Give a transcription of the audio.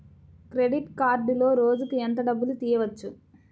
Credit కార్డులో రోజుకు ఎంత డబ్బులు తీయవచ్చు?